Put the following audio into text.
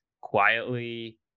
quietly